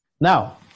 Now